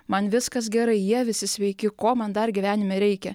man viskas gerai jie visi sveiki ko man dar gyvenime reikia